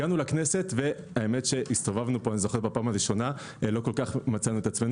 הגענו לכנסת ובפעם הראשונה לא מצאנו את עצמנו,